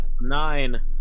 Nine